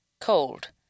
Cold